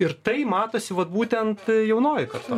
ir tai matosi vat būtent jaunojoj karto